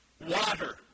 Water